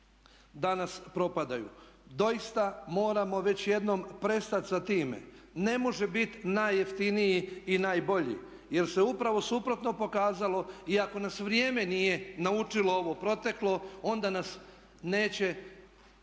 danas propadaju? Doista moramo već jednom prestati sa time, ne može biti najjeftiniji i najbolji jer se upravo suprotno pokazalo. I ako nas vrijeme nije naučilo ovo proteklo onda nas neće,